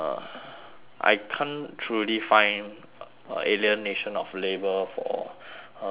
I can't truly find alienation of labour for uh weber